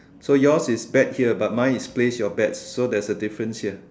so yours is bet here but mine is place your bets so there's a difference here